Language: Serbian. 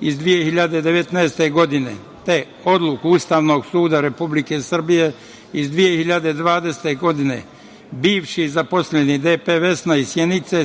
iz 2019. godine, te odluku Ustavnog suda Republike Srbije iz 2020. godine, bivši zaposleni DP „Vesna“ iz Sjenice